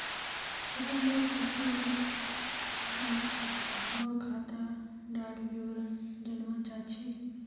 सितंबर से अक्टूबर तक मोर खाता डार विवरण जानवा चाहची?